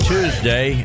Tuesday